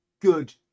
good